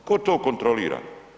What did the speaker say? Tko to kontrolira?